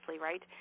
right